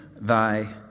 thy